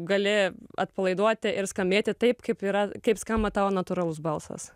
gali atpalaiduoti ir skambėti taip kaip yra kaip skamba tavo natūralus balsas